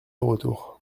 retour